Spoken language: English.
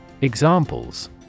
Examples